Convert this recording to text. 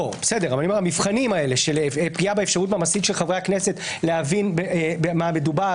אבל פגיעה באפשרות של חברי הכנסת להבין במה מדובר,